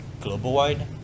global-wide